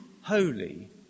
holy